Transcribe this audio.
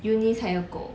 eunice 还有狗